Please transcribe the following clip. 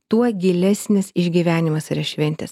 tuo gilesnis išgyvenimas yra šventės